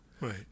Right